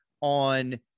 on